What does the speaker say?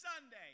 Sunday